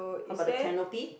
how about the canopy